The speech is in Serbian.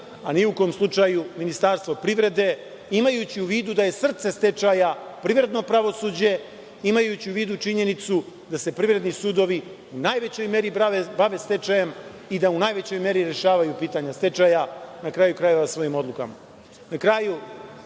a ni u kom slučaju Ministarstvo privrede, imajući u vidu da je srce stečaja privredno pravosuđe, imajući u vidu činjenicu da se privredni sudovi u najvećoj meri bave stečajem i da u najvećoj meri rešavaju pitanje stečaja, na kraju krajeva, svojim odlukama. Na